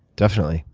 definitely.